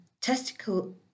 testicle